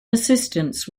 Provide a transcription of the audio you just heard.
assistance